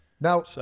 Now